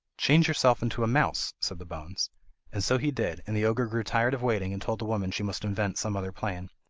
change yourself into a mouse said the bones and so he did, and the ogre grew tired of waiting, and told the woman she must invent some other plan.